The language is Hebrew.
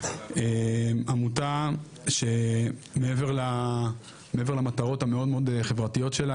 עמותה שמעבר למטרות המאוד מאוד חברתיות שלה,